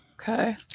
Okay